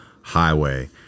highway